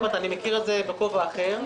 אני מכיר את זה מכובע אחר.